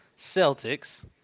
Celtics